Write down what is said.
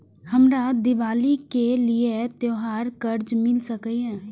हमरा दिवाली के लिये त्योहार कर्जा मिल सकय?